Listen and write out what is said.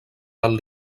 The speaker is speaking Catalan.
del